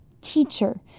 Teacher